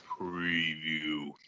preview